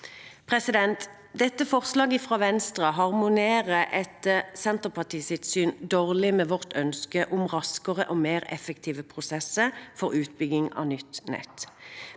har NVE. Dette forslaget fra Venstre harmonerer etter Senterpartiets syn dårlig med vårt ønske om raskere og mer effektive prosesser for utbygging av nytt nett.